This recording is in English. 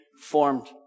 formed